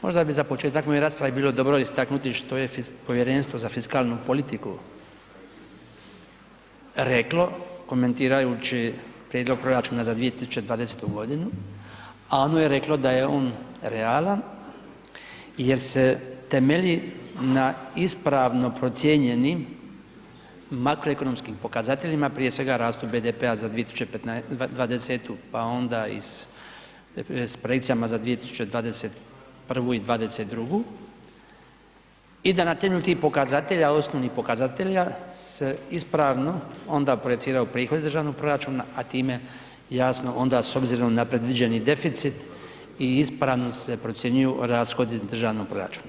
Možda bi za početak moje rasprave bilo dobro istaknuti što je Povjerenstvo za fiskalnu politiku reklo komentirajući prijedlog proračuna za 2020. godinu, a ono je reklo da je on realan jer se temelji na ispravno procijenjenim makroekonomskim pokazateljima, prije svega rastu BDP-a za 2020. pa onda s projekcijama za 2021. i 2022. i da na temelju tih pokazatelja, osnovnih tih pokazatelja se ispravno onda projiciraju prihodi državnog proračuna, a time jasno onda s obzirom na predviđeni deficit i ispravno se procjenjuju rashodi državnog proračuna.